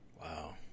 Wow